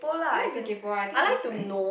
I like to kaypo I think it's like